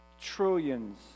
trillions